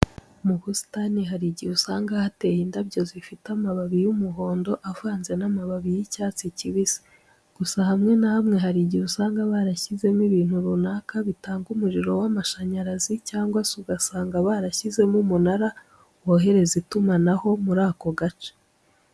Mu busitani hari igihe usanga hateye indabyo zifite amababi y'umuhondo avanze n'amababi y'icyatsi kibisi. Gusa hamwe na hamwe hari igihe usanga barashyizemo ibintu runaka bitanga umuriro w'amashanyarazi cyangwa se ugasanga barashyizemo umunara worohereza itumanaho muri ako gace.